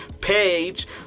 page